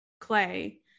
clay